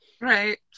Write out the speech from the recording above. right